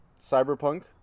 Cyberpunk